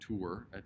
tour